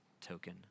token